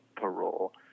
parole